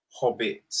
hobbits